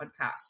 podcast